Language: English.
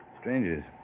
Strangers